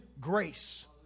grace